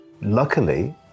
Luckily